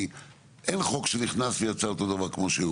כי אין חוק שנכנס ויצא אותו דבר כמו שהוא.